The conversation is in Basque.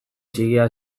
txikia